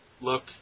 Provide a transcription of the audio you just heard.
look